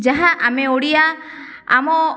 ଯାହା ଆମେ ଓଡ଼ିଆ ଆମ